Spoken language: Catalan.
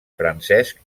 francesc